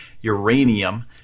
uranium